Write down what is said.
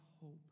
hope